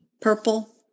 purple